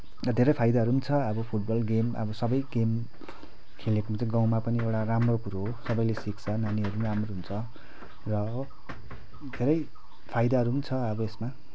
र धेरै फाइदाहरू पनि छ अब फुटबल गेम अब सबै गेम खेलले पनि त्यो गाउँमा पनि एउटा राम्रो कुरो हो सबैले सिक्छ नानीहरू पनि राम्रो हुन्छ र हो धेरै फाइदाहरू पनि छ अब यसमा